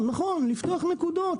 הבקשה היא לפתוח נקודות.